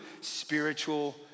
spiritual